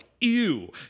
ew